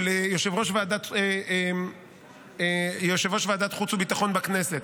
או ליושב-ראש ועדת החוץ והביטחון בכנסת,